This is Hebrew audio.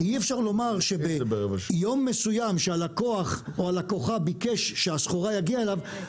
אי אפשר לומר שביום מסוים שהלקוח או הלקוחה ביקש שהסחורה תגיע אליו,